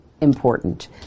important